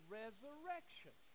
resurrection